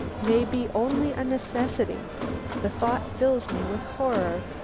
may be only a necessity the thought fills me with horror!